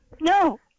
No